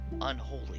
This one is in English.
unholy